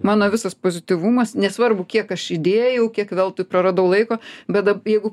mano visas pozityvumas nesvarbu kiek aš įdėjau kiek veltui praradau laiko bet dab jeigu